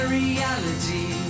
reality